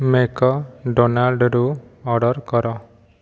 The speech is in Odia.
ମେକ୍ଡ଼ୋନାଲ୍ଡ଼ରୁ ଅର୍ଡ଼ର କର